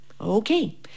Okay